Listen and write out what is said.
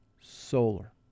solar